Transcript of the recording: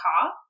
car